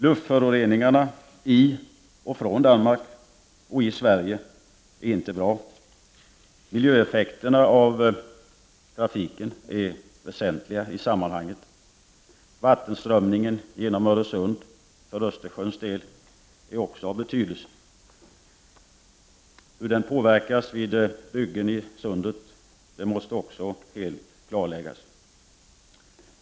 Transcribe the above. Luftföroreningarna i och från Danmark och i Sverige är inte bra. Miljöeffekterna av trafiken är väsentliga i sammanhanget. Vattenströmningen genom Öresund för Östersjöns del är också av betydelse. Hur den påverkas vid byggen i Sundet måste också helt klargöras.